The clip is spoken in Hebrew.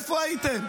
איפה הייתם?